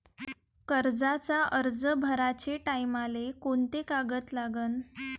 कर्जाचा अर्ज भराचे टायमाले कोंते कागद लागन?